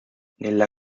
nella